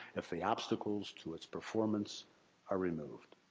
if the obstacles to its performance are removed.